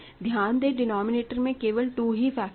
ध्यान दें डिनोमिनेटर में केवल 2 ही फैक्टर है